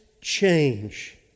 change